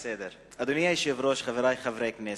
אדוני היושב-ראש, חברי חברי הכנסת,